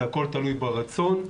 זה הכול תלוי ברצון,